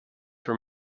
were